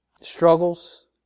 Struggles